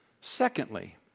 Secondly